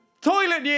Toilet